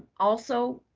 also,